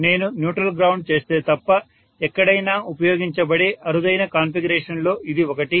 నేను neutral ground చేస్తే తప్ప ఎక్కడైనా ఉపయోగించబడే అరుదైన కాన్ఫిగరేషన్లలో ఇది ఒకటి